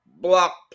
block